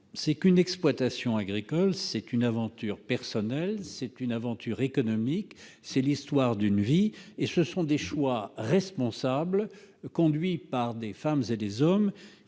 Une exploitation agricole est une aventure personnelle, une aventure économique ; c'est l'histoire d'une vie, le résultat de choix responsables faits par des femmes et des hommes